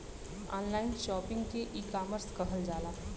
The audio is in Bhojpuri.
ऑनलाइन शॉपिंग के ईकामर्स कहल जाला